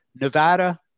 Nevada